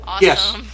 Yes